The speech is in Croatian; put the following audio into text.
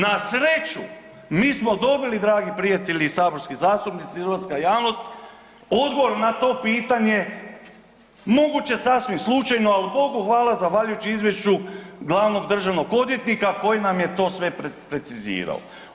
Na sreću, mi smo dobili dragi prijatelji i saborski zastupnici, hrvatska javnost odgovor na to pitanje moguće sasvim slučajno, ali Bogu hvala zahvaljujući izvješću glavnog državnog odvjetnika koji nam je to sve precizirao.